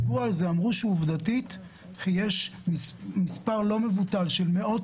דיברו על זה ואמרו שעובדתית יש מספר לא מבוטל של מאות